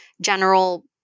general